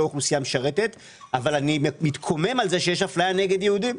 אוכלוסייה משרתת אבל אני מתקומם על זה שיש אפליה נגד יהודים.